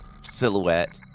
silhouette